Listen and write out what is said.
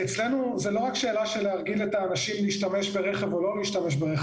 אצלנו זה לא רק שאלה של להרגיל את האנשים להשתמש או לא להשתמש ברכב.